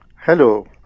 Hello